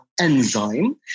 enzyme